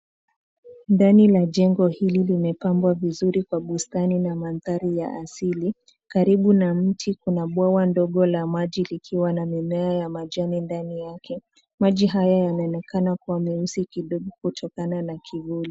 Ndani la jengo hili lulu. Mepambwa vizuri kwa bustani na mantari ya asili. Karibu na mchi kunabuwa wa ndogo la maji likiwa na mimea ya majani ndani yake. Maji haya ya nenekana kwa meusi kidogu kuchotana na kivuli.